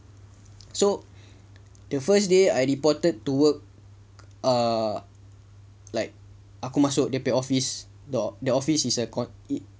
so the first day I reported to work err like aku masuk dia punya office the office is a cont~